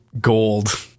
gold